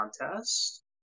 contest